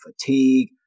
fatigue